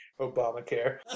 Obamacare